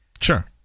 sure